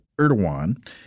Erdogan